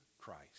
Christ